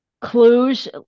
clues